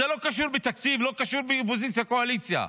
זה לא קשור לתקציב, לא קשור לאופוזיציה קואליציה.